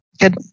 Good